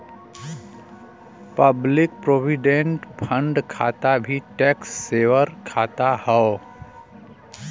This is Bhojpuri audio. पब्लिक प्रोविडेंट फण्ड खाता भी टैक्स सेवर खाता हौ